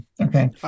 Okay